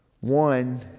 One